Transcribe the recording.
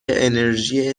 انرژی